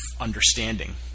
understanding